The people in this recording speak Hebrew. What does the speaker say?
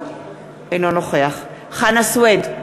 אינו נוכח חנא סוייד,